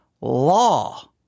law